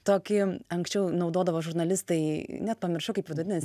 tokį anksčiau naudodavo žurnalistai net pamiršau kaip vadinasi